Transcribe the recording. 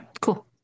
cool